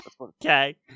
Okay